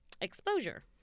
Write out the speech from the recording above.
exposure